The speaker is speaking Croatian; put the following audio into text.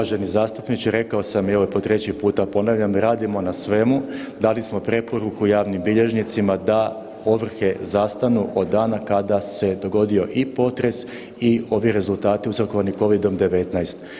Uvaženi zastupniče rekao sam i evo po 3 puta ponavljam, radimo na svemu, dali smo preporuku javnim bilježnicima da ovrhe zastanu od dana kada se dogodio i potres i ovi rezultati uzrokovani Covidom-19.